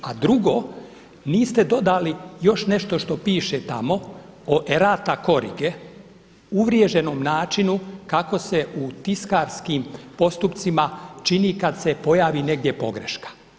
A drugo, niste dodali još nešto što piše tamo o errata corrige uvriježenom načinu kako se u tiskarskim postupcima čini kad se pojavi negdje pogreška.